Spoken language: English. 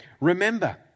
remember